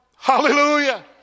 Hallelujah